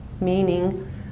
meaning